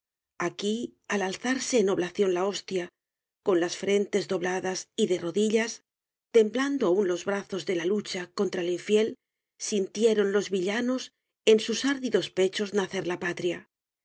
aquí al alzarse en oblación la hostia con las frentes dobladas y de rodillas temblando aun los brazos de la lucha contra el infiel sintieron los villanos en sus ardidos pechos nacer la patria